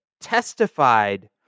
testified